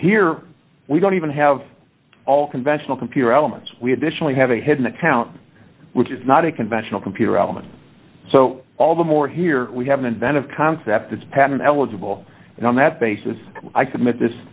here we don't even have all conventional computer elements we additionally have a hidden account which is not a conventional computer element so all the more here we have an inventive concept it's patterned eligible and on that basis i submit this